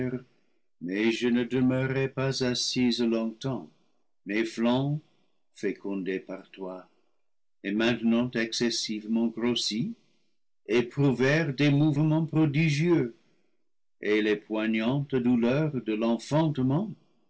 mais je ne demeurai pas assise longtemps mes flancs fécondés par toi et maintenant exces sivement grossis éprouvèrent des mouvements prodigieux et les poignantes douleurs de